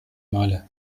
male